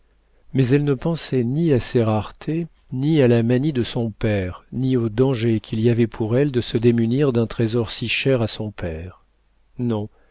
mais elle ne pensait ni à ces raretés ni à la manie de son père ni au danger qu'il y avait pour elle de se démunir d'un trésor si cher à son père non